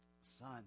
Son